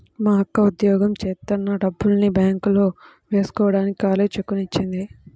మా అక్క ఉద్యోగం జేత్తన్న డబ్బుల్ని బ్యేంకులో వేస్కోడానికి ఖాళీ చెక్కుని ఇచ్చింది